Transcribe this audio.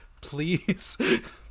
please